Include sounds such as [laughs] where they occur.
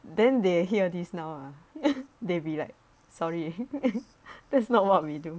then they hear this now ah [laughs] they be like sorry [laughs] that's not what we do